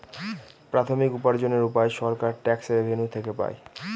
প্রাথমিক উপার্জনের উপায় সরকার ট্যাক্স রেভেনিউ থেকে পাই